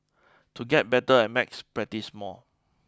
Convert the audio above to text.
to get better at maths practise more